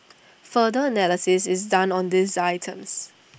further analysis is done on these items